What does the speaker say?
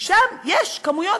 כי שם יש כמויות,